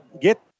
get